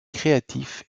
créatif